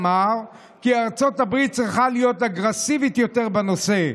אמר כי ארצות הברית צריכה להיות אגרסיבית יותר בנושא.